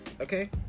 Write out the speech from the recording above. okay